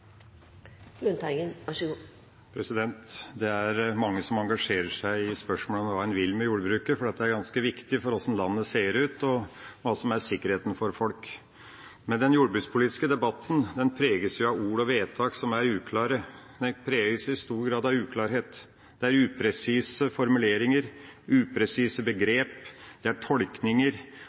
ganske viktig for hvordan landet ser ut, og hva som er sikkerheten for folk. Den jordbrukspolitiske debatten preges av ord og vedtak som er uklare. Den preges i stor grad av uklarhet. Det er upresise formuleringer, det er upresise begreper, det er tolkninger,